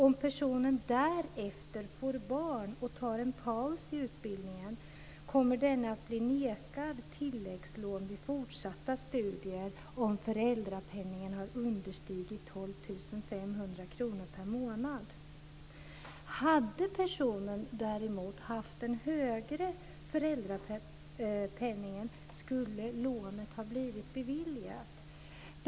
Om personen därefter får barn och tar en paus i utbildningen kommer denne att bli nekad tilläggslån vid fortsatta studier om föräldrapenningen har understigit 12 500 kr per månad. Hade personen däremot haft en högre föräldrapenning skulle lånet ha blivit beviljat.